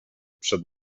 przed